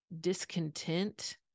discontent